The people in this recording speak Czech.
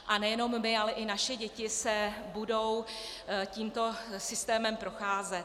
A nejenom my, ale i naše děti budou tímto systémem procházet.